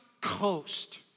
coast